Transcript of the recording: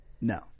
No